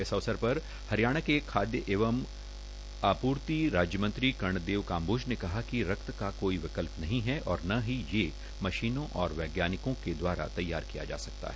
इस अवसर पर हरियाणा के खादय एवं आपूर्ति राज्य मंत्री कर्णदेव कम्बोज ने कहा कि रक्तदान का कोई विकल्प नहीं है और न ही ये मशीनों और वैज्ञानिको दवारा तैयार किया जा सकता है